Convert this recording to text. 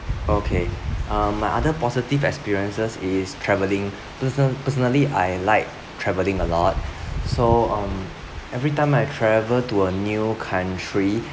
okay uh my other positive experiences is travelling person~ personally I like travelling a lot so um every time I travel to a new country